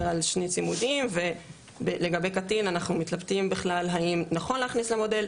על שני צימודים ולגבי קטין אנחנו מתלבטים בכלל האם נכון להכניס למודל,